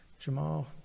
Jamal